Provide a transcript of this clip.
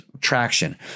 traction